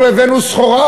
אנחנו הבאנו סחורה,